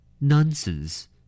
Nonsense